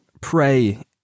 pray